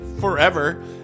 forever